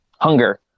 Hunger